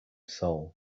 soul